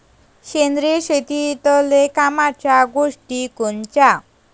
सेंद्रिय शेतीतले कामाच्या गोष्टी कोनच्या?